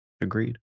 Agreed